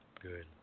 Good